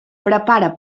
prepara